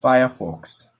firefox